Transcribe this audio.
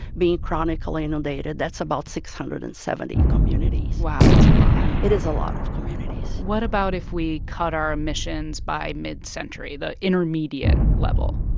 being chronically inundated. that's about six hundred and seventy communities wow. that's a lot it is a lot of communities what about if we cut our emissions by mid-century the intermediate level?